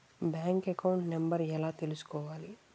Bank account number ఎలా తీసుకోవాలి?